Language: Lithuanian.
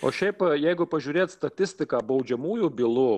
o šiaip jeigu pažiūrėti statistiką baudžiamųjų bylų